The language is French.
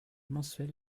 mensuel